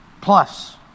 plus